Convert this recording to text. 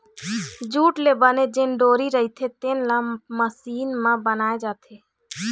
jute ले बने जेन डोरी रहिथे तेन ल मसीन म बनाए जाथे